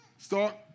Start